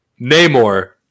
Namor